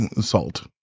salt